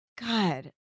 God